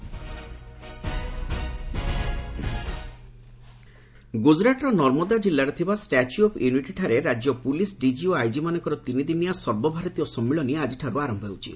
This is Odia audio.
ପିଏମ୍ ଡିଜିପି ଗୁଜରାଟର ନର୍ମଦା କ୍କିଲ୍ଲାରେ ଥିବା ଷ୍ଟାଚ୍ୟୁ ଅଫ୍ ୟୁନିଟ୍ଠାରେ ରାଜ୍ୟ ପୁଲିସ୍ ଡିଜି ଓ ଆଇଜିମାନଙ୍କର ତିନିଦିନିଆ ସର୍ବଭାରତୀୟ ସମ୍ମିଳନୀ ଆକିଠାରୁ ଆରମ୍ଭ ହେଉଛି